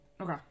Okay